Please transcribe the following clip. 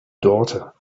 daughter